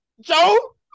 Joe